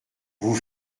vous